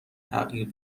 تغییر